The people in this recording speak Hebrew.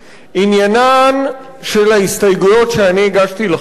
עניינן של ההסתייגויות שאני הגשתי לחוק הזה